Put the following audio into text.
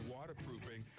Waterproofing